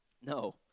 No